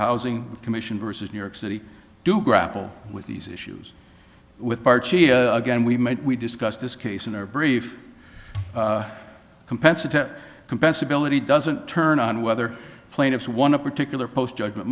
housing commission vs new york city to grapple with these issues with again we met we discussed this case in our brief compensatory compressibility doesn't turn on whether plaintiffs won a particular post judgment